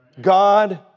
God